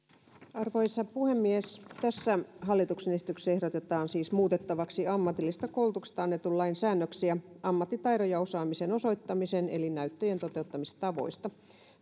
arvoisa puhemies tässä hallituksen esityksessä ehdotetaan siis muutettavaksi ammatillisesta koulutuksesta annetun lain säännöksiä ammattitaidon ja osaamisen osoittamisen eli näyttöjen toteuttamistavoista